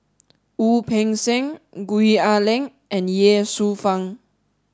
Wu Peng Seng Gwee Ah Leng and Ye Shufang